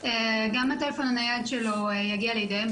גם הטלפון הנייד שלו יגיע לידיהם,